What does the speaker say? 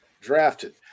drafted